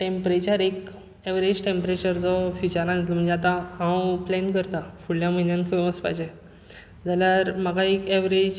temperature एक average temperature जो फिशानातलो म्हणजे आतां हांव प्लॅन करतां फुडल्या म्हयन्यान खंय वसपाचें जाल्यार म्हाका एक एवरेज